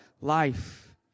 life